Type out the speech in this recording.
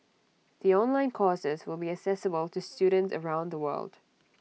the online courses will be accessible to students around the world